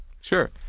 Sure